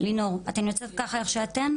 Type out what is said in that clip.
לינור: אתן יוצאות ככה איך שאתן?